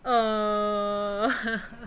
uh